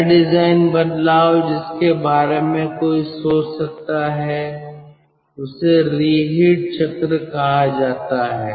पहला डिज़ाइन बदलाव जिसके बारे में कोई सोच सकता है उसे रीहीट चक्र कहा जाता है